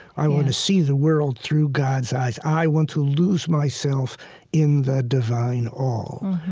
i want to see the world through god's eyes. i want to lose myself in the divine all.